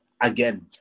again